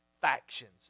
factions